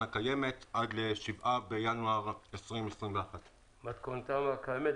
הקיימת עד 7 בינואר 2021. "במתכונתן הקיימת",